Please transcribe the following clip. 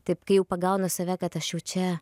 taip kai jau pagaunu save kad aš jau čia